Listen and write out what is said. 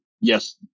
yes